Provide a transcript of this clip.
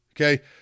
okay